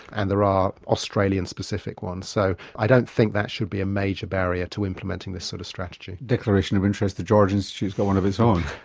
and there are australian specific ones. so i don't think that should be a major barrier to implementing this sort of strategy. declaration of interest the george institute has got one of its own.